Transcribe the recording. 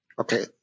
Okay